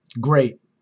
Great